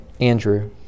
Andrew